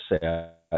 set